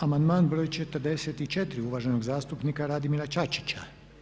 Amandman broj 44. uvaženog zastupnika Radimira Čačića.